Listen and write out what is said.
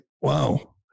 wow